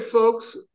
Folks